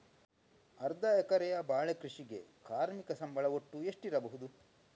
ಅರ್ಧ ಎಕರೆಯ ಬಾಳೆ ಕೃಷಿಗೆ ಕಾರ್ಮಿಕ ಸಂಬಳ ಒಟ್ಟು ಎಷ್ಟಿರಬಹುದು?